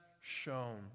shown